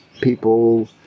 people